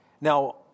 Now